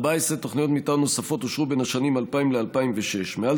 14 תוכניות מתאר נוספות אושרו בשנים 2006 2000. מעל